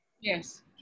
Yes